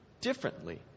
differently